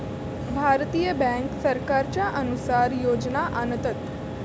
भारतीय बॅन्क सरकारच्या अनुसार योजना आणतत